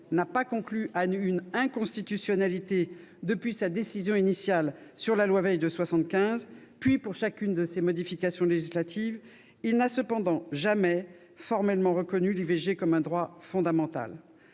n'a pas conclu à une inconstitutionnalité depuis sa décision initiale sur la loi Veil en 1975, puis pour chacune de ses modifications législatives, il n'a cependant jamais formellement reconnu l'IVG comme un droit fondamental.